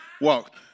Walk